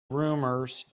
rumours